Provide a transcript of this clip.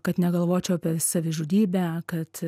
kad negalvočiau apie savižudybę kad